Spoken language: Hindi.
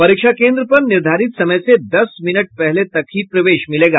परीक्षा केन्द्र पर निर्धारित समय से दस मिनट पहले तक ही प्रवेश मिलेगा